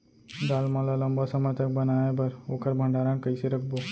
दाल मन ल लम्बा समय तक बनाये बर ओखर भण्डारण कइसे रखबो?